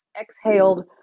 exhaled